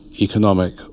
Economic